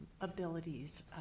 abilities